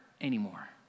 anymore